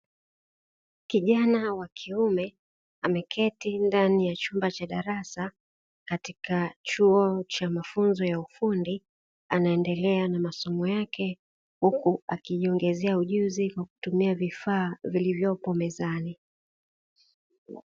Kijana wa kiume ameketi ndani ya chumba cha darasa katika chuo cha mafunzo ya ufundi, anaendelea na masomo yake huku akijiongezea ujuzi wa kutumia vifaa vilivyopo mezani.